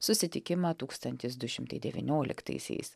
susitikimą tūkstantis du šimtai devynioliktaisiais